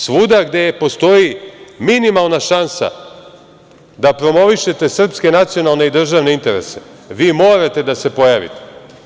Svuda gde postoji minimalna šansa da promovišete srpske nacionalne i državne interese, vi morate da se pojavite.